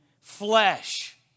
flesh